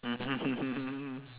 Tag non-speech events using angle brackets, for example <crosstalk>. <laughs>